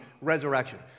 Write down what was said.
resurrection